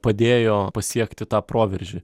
padėjo pasiekti tą proveržį